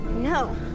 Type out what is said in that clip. No